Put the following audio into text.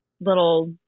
little